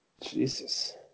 jesus